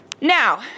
Now